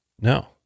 No